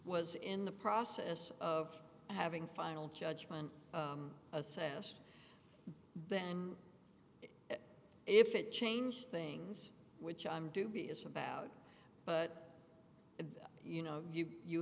was in the process of having final judgment assess then if it changed things which i'm dubious about but you know you